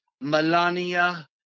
melania